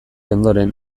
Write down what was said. ondoren